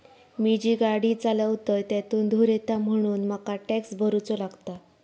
मी जी गाडी चालवतय त्यातुन धुर येता म्हणून मका टॅक्स भरुचो लागता